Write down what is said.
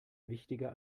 wichtiger